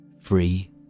free